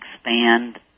expand